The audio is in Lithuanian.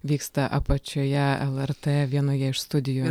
vyksta apačioje lrt vienoje iš studijų